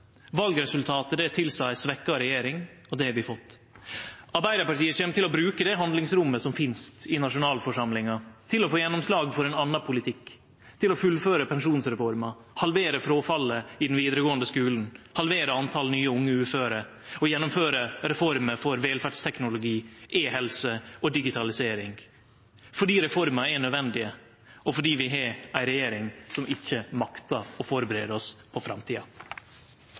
Valresultatet tilseier ei svekt regjering, og det har vi fått. Arbeidarpartiet kjem til å bruke det handlingsrommet som finst i nasjonalforsamlinga, til å få gjennomslag for ein annan politikk, til å fullføre pensjonsreforma, til å halvere fråfallet i den vidaregåande skulen, til å halvere talet på nye unge uføre og til å gjennomføre reformer for velferdsteknologi, e-helse og digitalisering, fordi reformer er nødvendige, og fordi vi har ei regjering som ikkje maktar å førebu oss på framtida.